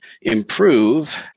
improve